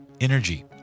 energy